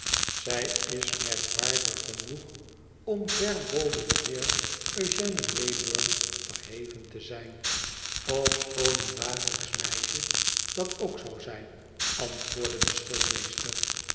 izij is merkwaardig genoeg om ver boven den heer eugène wraybum verheven te zijn ofschoon een dagelijksch meisje dat k zou zijn antwoordde de